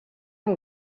amb